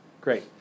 great